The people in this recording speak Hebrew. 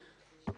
בסדר.